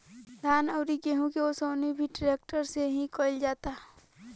धान अउरी गेंहू के ओसवनी भी ट्रेक्टर से ही कईल जाता